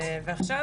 עכשיו,